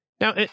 Now